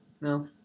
No